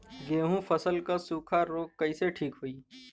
गेहूँक फसल क सूखा ऱोग कईसे ठीक होई?